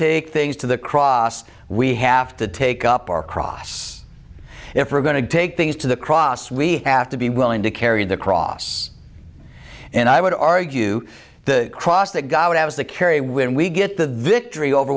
take things to the cross we have to take up our cross if we're going to take things to the cross we have to be willing to carry the cross and i would argue the cross that god has to carry when we get the victory over